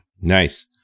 Nice